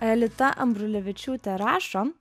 aelita ambrulevičiūtė rašo